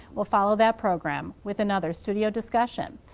we'll follow that program with another studio discussion.